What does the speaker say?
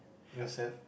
yourself